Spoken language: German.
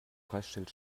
preisschild